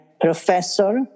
professor